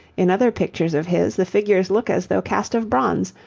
in other pictures of his, the figures look as though cast of bronze,